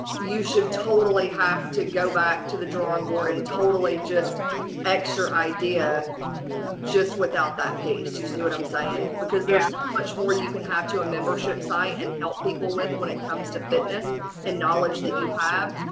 you should totally have to go back to the drawing board and totally just extra idea just without that piece. you see what i'm saying? because there's much more you can have to a membership site and help people with when it comes to fitness and knowledge that you have.